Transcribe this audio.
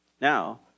Now